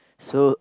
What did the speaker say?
so